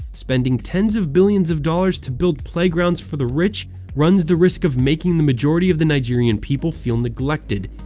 spending tens of billions of dollars to build playgrounds for the rich runs the risk of making the majority of the nigerian people feel neglected,